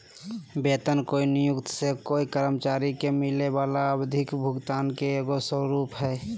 वेतन कोय नियोक्त से कोय कर्मचारी के मिलय वला आवधिक भुगतान के एगो स्वरूप हइ